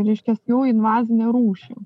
ryškesnių invazinę rūšį